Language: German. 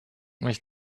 mich